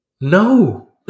No